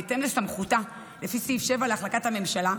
בהתאם לסמכותה לפי סעיף 7 להחלטת הממשלה,